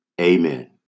amen